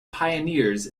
pioneers